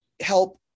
help